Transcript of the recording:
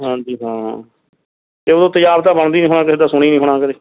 ਹਾਂਜੀ ਹਾਂ ਅਤੇ ਉਦੋਂ ਤੇਜ਼ਾਬ ਤਾਂ ਬਣਦਾ ਨਹੀਂ ਹੋਣਾ ਕਿਸੇ ਦਾ ਸੁਣਿਆ ਨਹੀਂ ਹੋਣਾ ਕਦੇ